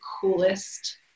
coolest